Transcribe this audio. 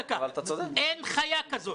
אין חיה כזאת.